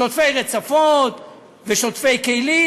שוטפי רצפות ושוטפי כלים.